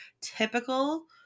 typical